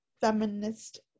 feminist